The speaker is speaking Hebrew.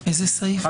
חלה